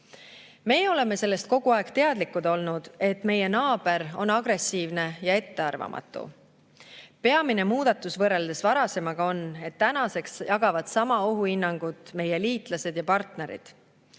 Meie oleme sellest kogu aeg teadlikud olnud, et meie naaber on agressiivne ja ettearvamatu. Peamine muudatus võrreldes varasemaga on, et tänaseks jagavad sama ohuhinnangut meie liitlased ja partnerid.